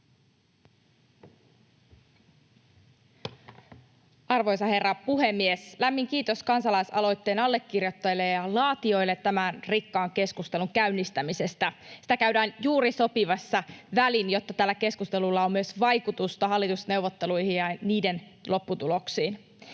Arvoisa herra puhemies! Lämmin kiitos kansalaisaloitteen allekirjoittajille ja laatijoille tämän rikkaan keskustelun käynnistämisestä. Sitä käydään juuri sopivassa välissä, jotta tällä keskustelulla on vaikutusta myös hallitusneuvotteluihin ja niiden lopputuloksiin.